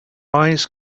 eyes